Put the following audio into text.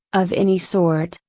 of any sort.